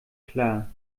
klar